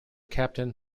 captain